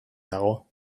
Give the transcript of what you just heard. dago